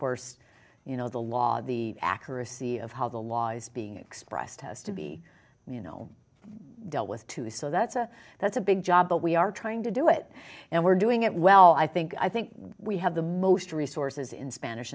course you know the law the accuracy of how the law is being expressed has to be you know dealt with too so that's a that's a big job but we are trying to do it and we're doing it well i think i think we have the most resources in spanish